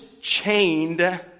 chained